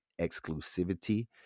exclusivity